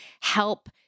help